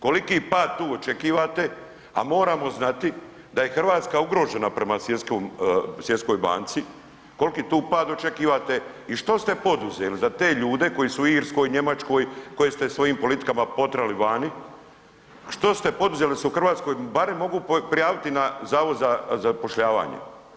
Koliki pad tu očekivate, a moramo znati da je Hrvatska ugrožena prema Svjetskoj banci, koliki tu pad očekivate i što ste poduzeli za te ljude koji su u Irskoj, Njemačkoj, koje ste svojim politikama poterali vani, što ste poduzeli da se u Hrvatskoj barem mogu prijaviti na Zavod za zapošljavanje?